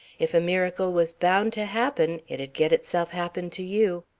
if a miracle was bound to happen, it'd get itself happened to you.